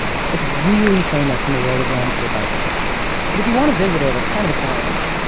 it's really famous in the world of landscape architecture. but if you want to visit it, it's kind of a challenge.